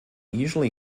usually